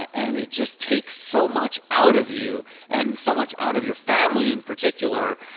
and it just takes so much out of you and so much out of your family in particular.